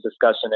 discussion